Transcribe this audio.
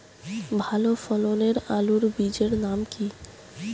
ভালো ফলনের আলুর বীজের নাম কি?